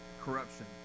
corruption